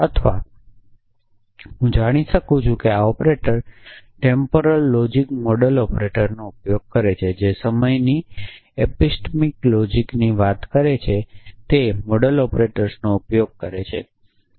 અથવા હું જાણી શકું છું કે આ ઑપરેટર ટેમ્પોરલ લોજિકઝ મોડેલ ઑપરેટર્સનો ઉપયોગ કરે છે જે સમયની એપિસ્ટમિક લોજિકની વાત કરે છે તે મોડલ ઑપરેટર્સનો ઉપયોગ કરે છે